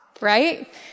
Right